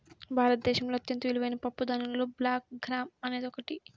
భారతదేశంలో అత్యంత విలువైన పప్పుధాన్యాలలో బ్లాక్ గ్రామ్ అనేది ఒకటి